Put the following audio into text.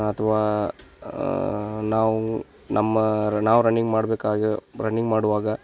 ಅಥವಾ ನಾವು ನಮ್ಮ ರ್ ನಾವು ರಣ್ಣಿಂಗ್ ಮಾಡ್ಬೇಕಾಗಿರೋ ರಣ್ಣಿಂಗ್ ಮಾಡುವಾಗ